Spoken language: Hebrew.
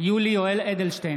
יולי יואל אדלשטיין,